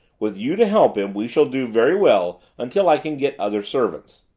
with you to help him, we shall do very well until i can get other servants.